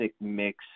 mix